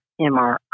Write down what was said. MRI